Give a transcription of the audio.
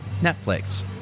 Netflix